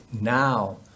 Now